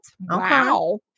Wow